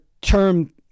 term